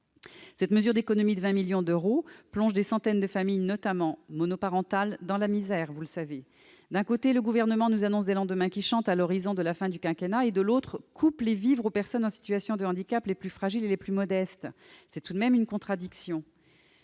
Cette mesure d'économie de 20 millions d'euros plonge des centaines de familles, notamment monoparentales, dans la misère. D'un côté, le Gouvernement nous annonce des lendemains qui chantent à l'horizon de la fin du quinquennat. Et, de l'autre, il coupe les vivres aux personnes en situation de handicap les plus fragiles et les plus modestes ! Quelle contradiction